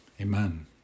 Amen